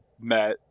Met